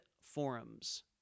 forums